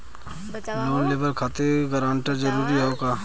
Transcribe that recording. Loan लेवब खातिर guarantor जरूरी हाउ का?